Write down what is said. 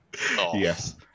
Yes